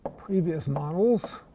previous models.